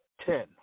Ten